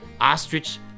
ostrich